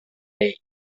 day